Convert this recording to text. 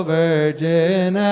Virgin